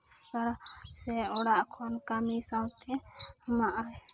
ᱟᱨ ᱥᱮ ᱚᱲᱟᱜ ᱠᱷᱚᱱ ᱠᱟᱹᱢᱤ ᱥᱟᱶᱛᱮ ᱟᱢᱟᱜ